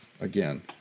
again